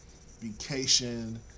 vacation